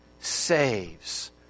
saves